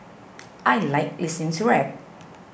I like listening to rap